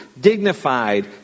dignified